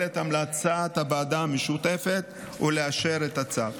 את המלצת הוועדה המשותפת ולאשר את הצו.